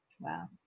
Wow